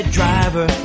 driver